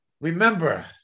Remember